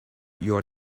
your